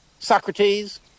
Socrates